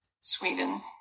Sweden